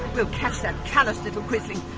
we'll catch that callous little quisling!